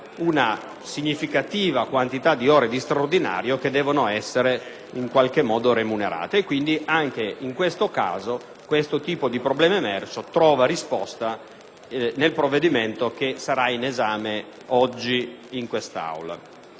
una significativa quantità di ore di straordinario che devono essere remunerate. Quindi, anche in questo caso questo tipo di problema emerso trova risposta nel provvedimento oggi all'esame di questa